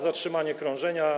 Zatrzymanie krążenia.